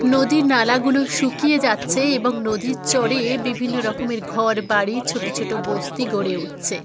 নদী নালাগুলো শুকিয়ে যাচ্ছে এবং নদীর চড়ে বিভিন্ন রকমের ঘর বাড়ি ছোটো ছোটো বস্তি গড়ে উঠছে